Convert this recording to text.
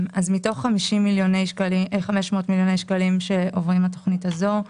מתוך 500 מיליון שקלים שעוברים לתוכנית הזו,